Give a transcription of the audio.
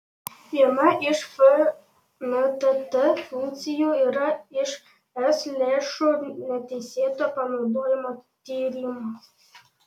viena iš fntt funkcijų yra ir es lėšų neteisėto panaudojimo tyrimas